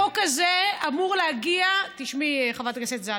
החוק הזה אמור להגיע, תשמעי, חברת הכנסת זנדברג,